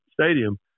Stadium